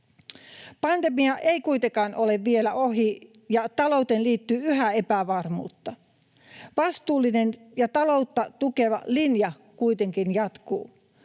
Pandemia ei kuitenkaan ole vielä ohi, ja talouteen liittyy yhä epävarmuutta. Vastuullinen ja taloutta tukeva linja kuitenkin jatkuu.